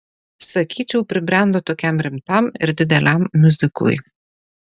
sakyčiau pribrendo tokiam rimtam ir dideliam miuziklui